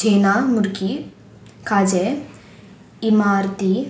जेना मुर्की काजे इमारती